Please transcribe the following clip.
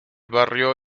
barrio